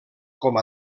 com